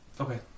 Okay